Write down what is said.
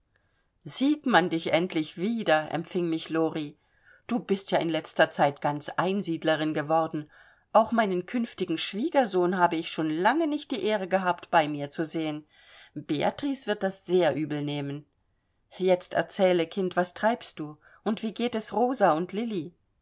sieht man dich endlich wieder empfing mich lori du bist ja in letzter zeit ganz einsiedlerin geworden auch meinen künftigen schwiegersohn habe ich schon lange nicht die ehre gehabt bei mir zu sehen beatrix wird das sehr übel nehmen jetzt erzähle kind was treibst du und wie geht es rosa und lilli